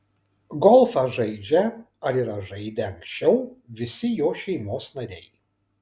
golfą žaidžią ar yra žaidę anksčiau visi jo šeimos nariai